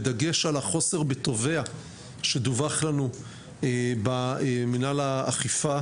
בדגש על החוסר בתובע שדווח לנו במנהל האכיפה